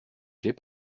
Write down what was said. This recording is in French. clés